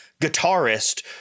guitarist